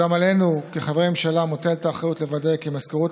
אולם עלינו כחברי הממשלה מוטלת האחריות לוודא כי מזכירות